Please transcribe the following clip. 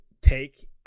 take